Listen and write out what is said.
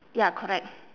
ya correct